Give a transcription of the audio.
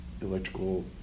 electrical